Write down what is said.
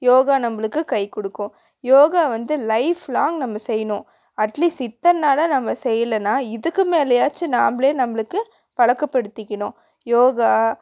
யோகா நம்மளுக்கு கை கொடுக்கும் யோகா வந்து லைஃப் லாங்க் நம்ம செய்யணும் அட்லீஸ்ட் இத்தனை நாளாக நம்ம செய்யலன்னா இதுக்கு மேலேயாச்சும் நம்மளே நம்மளுக்கு பழக்கப்படுத்திக்கணும் யோகா